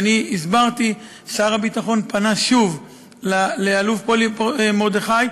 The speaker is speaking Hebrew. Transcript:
והסברתי: שר הביטחון פנה שוב לאלוף פולי מרדכי,